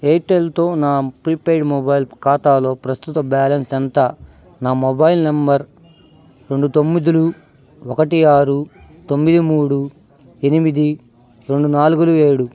ఎయిర్టెల్తో నా prepaid mobile ఖాతాలో ప్రస్తుత బ్యాలెన్స్ ఎంత నా మొబైల్ నంబర్ రెండు తొమ్మిదులు ఒకటి ఆరు తొమ్మిది మూడు ఎనిమిది రెండు నాలుగులు ఏడు